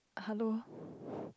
hello